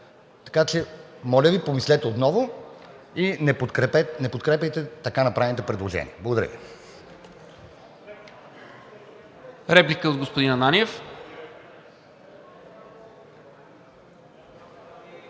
Така че, моля Ви, помислете отново и не подкрепяйте така направените предложения. Благодаря Ви.